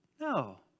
No